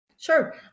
Sure